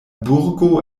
burgo